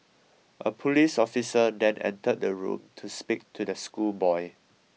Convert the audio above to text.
a police officer then entered the room to speak to the schoolboy